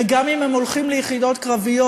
וגם אם הם הולכים ליחידות קרביות,